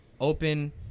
open